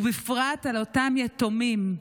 ובפרט על אותם יתומים,